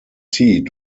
seat